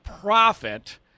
profit